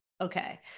Okay